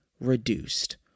reduced